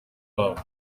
wabo